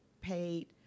paid